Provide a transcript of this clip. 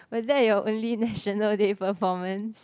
was that your only National Day performance